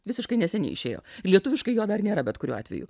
visiškai neseniai išėjo lietuviškai jo dar nėra bet kuriuo atveju